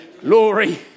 Glory